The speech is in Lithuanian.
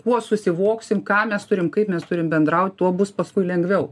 kuo susivoksim ką mes turim kaip mes turim bendraut tuo bus paskui lengviau